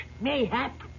mayhap